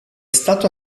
stato